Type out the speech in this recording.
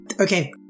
Okay